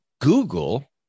Google